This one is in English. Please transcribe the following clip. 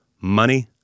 money